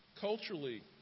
culturally